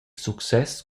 success